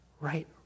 right